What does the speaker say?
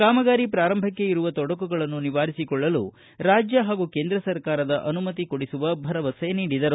ಕಾಮಗಾರಿ ಪೂರಂಭಕ್ಕೆ ಇರುವ ತೊಡಕುಗಳನ್ನು ನಿವಾರಿಸಿಕೊಳ್ಳಲು ರಾಜ್ಯ ಹಾಗೂ ಕೇಂದ್ರ ಸರಕಾರದ ಅನುಮತಿಗಳನ್ನು ಕೊಡಿಸುವ ಭರವಸೆ ನೀಡಿದರು